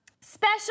Special